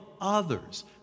others